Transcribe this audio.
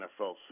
NFL